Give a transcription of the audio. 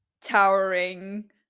towering